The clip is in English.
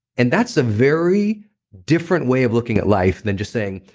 and that's a very different way of looking at life than just saying,